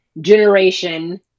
generation